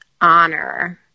honor